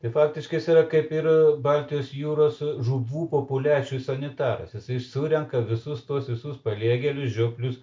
ir faktiškai jis yra kaip ir baltijos jūros žuvų populiacijų sanitaras jisai surenka visus tuos visus paliegėlius žioplius